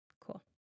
Cool